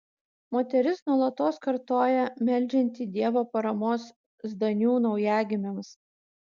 moteris nuolatos kartoja meldžianti dievo paramos zdanių naujagimiams